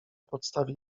podstawie